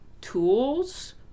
tools